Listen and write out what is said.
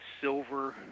silver